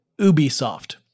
Ubisoft